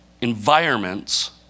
environments